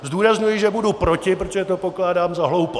Zdůrazňuji, že budu proti, protože to pokládám za hloupost!